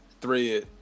thread